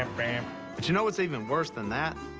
and but you know what's even worse than that?